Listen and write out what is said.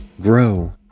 grow